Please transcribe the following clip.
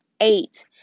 eight